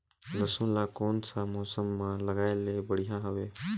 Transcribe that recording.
लसुन ला कोन सा मौसम मां लगाय ले बढ़िया हवे?